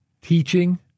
teaching